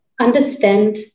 understand